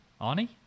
Arnie